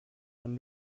man